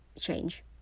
change